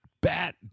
bat